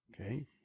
Okay